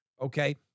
okay